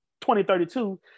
2032